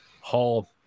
Hall